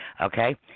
Okay